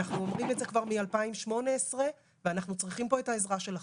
אנחנו אומרים את זה כבר במ-2018 ואנחנו צריכים פה את העזרה שלכם.